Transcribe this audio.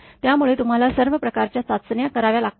त्यामुळे तुम्हाला सर्व प्रकारच्या चाचण्या कराव्या लागतात